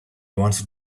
wanted